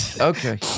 okay